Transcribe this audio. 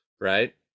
right